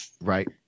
Right